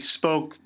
spoke